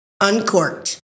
Uncorked